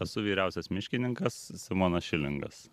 esu vyriausias miškininkas simonas šilingas